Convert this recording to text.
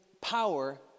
power